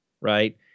right